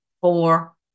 four